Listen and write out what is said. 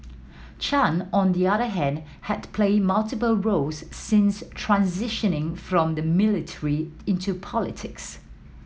Chan on the other hand had played multiple roles since transitioning from the military into politics